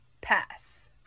Pass